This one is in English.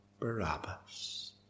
Barabbas